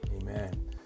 Amen